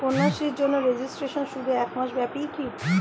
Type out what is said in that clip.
কন্যাশ্রীর জন্য রেজিস্ট্রেশন শুধু এক মাস ব্যাপীই কি?